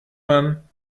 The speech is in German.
man